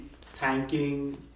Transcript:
thanking